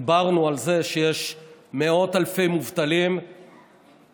דיברנו על זה שיש מאות אלפי מובטלים והממשלה